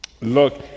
Look